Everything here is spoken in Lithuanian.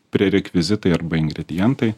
prie rekvizitai arba ingredientai